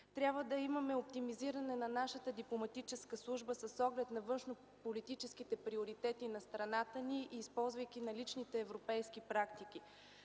Трябва да имаме оптимизиране на нашата дипломатическа служба с оглед на външнополитическите приоритети на страната ни и използвайки наличните европейски практики.